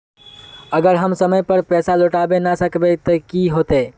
अगर हम समय पर पैसा लौटावे ना सकबे ते की होते?